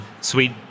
Sweet